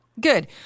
Good